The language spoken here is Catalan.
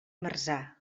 marzà